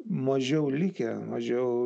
mažiau likę mažiau